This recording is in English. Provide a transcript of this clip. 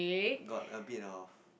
got a bit of